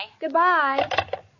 Goodbye